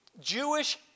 Jewish